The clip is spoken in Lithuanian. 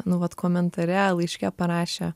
nu vat komentare laiške parašė